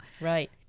Right